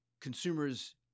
consumers